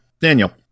Daniel